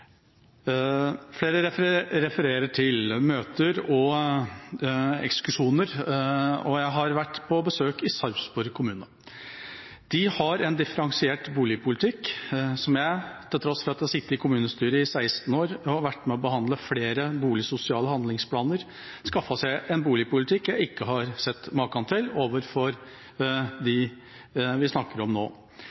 Flere refererer til møter og ekskursjoner, og jeg har vært på besøk i Sarpsborg kommune. De har skaffet seg en differensiert boligpolitikk som jeg, til tross for at jeg har sittet i kommunestyret i 16 år og har vært med på å behandle flere boligsosiale handlingsplaner, ikke har sett maken til overfor dem vi snakker om nå.